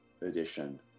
edition